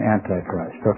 Antichrist